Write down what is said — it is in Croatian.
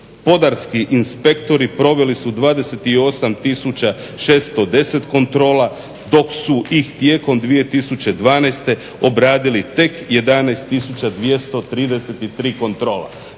2011.gospodarski inspektori proveli su 28 tisuća 610 kontrola dok su ih tijekom 2012.obradili tek 11 tisuća 233 kontrole.